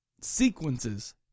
sequences